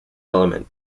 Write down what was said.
element